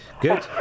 Good